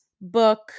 book